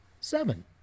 Seven